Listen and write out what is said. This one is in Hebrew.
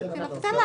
גם במצב של אבטלה.